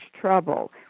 trouble